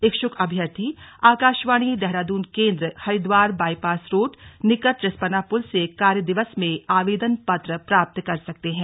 इच्छुक अभ्यर्थी आकाशवाणी देहरादून केंद्र हरिद्वार बाइपास रोड निकट रिस्पना पुल से कार्य दिवस में आवेदन पत्र प्राप्त कर सकते हैं